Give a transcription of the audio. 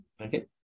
okay